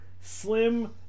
slim